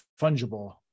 fungible